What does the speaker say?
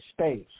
space